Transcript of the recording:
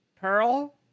Pearl